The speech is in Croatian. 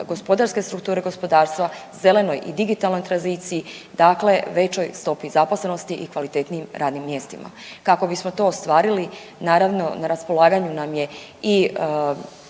gospodarske strukture gospodarstva, zelenoj i digitalnoj tranziciji, dakle većoj stopi zaposlenosti i kvalitetnijim radnim mjestima. Kako bismo to ostvarili naravno na raspolaganju nam je i